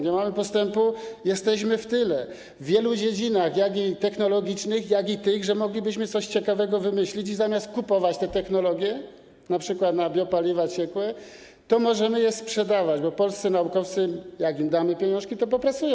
Nie mamy postępu, jesteśmy w tyle w wielu dziedzinach, technologicznych i tych, w których moglibyśmy coś ciekawego wymyślić, i zamiast kupować te technologie, np. na biopaliwa ciekłe, to moglibyśmy je sprzedawać, bo polscy naukowcy, jak im damy pieniążki, to nad tym popracują.